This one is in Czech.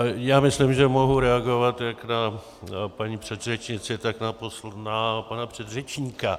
Já myslím, že mohu reagovat jak na paní předřečnici, tak na pana předřečníka.